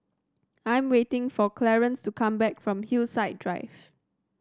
I'm waiting for Clarnce to come back from Hillside Drive